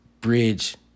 bridge